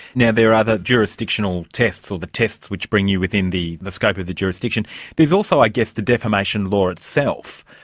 now there are the jurisdictional tests, or the tests which bring you within the the scope of the jurisdiction, but there's also i guess, the defamation law itself.